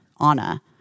Anna